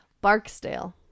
Barksdale